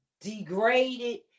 degraded